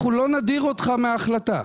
אנחנו לא נדיר אותך על ההחלטה.